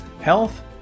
Health